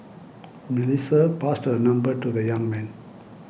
Melissa passed her number to the young man